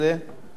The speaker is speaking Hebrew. קריאה שנייה.